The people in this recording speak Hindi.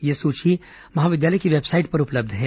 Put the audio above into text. यह सूची महाविद्यालय की वेबसाइट पर उपलब्ध है